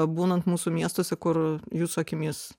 būnant mūsų miestuose kur jūsų akimis